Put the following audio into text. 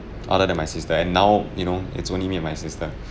other than my sister and now you know it's only me and my sister